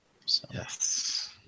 Yes